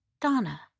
Donna